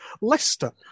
Leicester